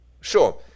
Sure